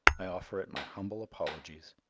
i offer it my humble apologies.